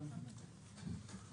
שנתיים?